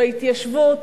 בהתיישבות,